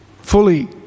fully